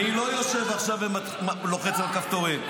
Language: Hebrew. אני לא יושב עכשיו ולוחץ על כפתורים.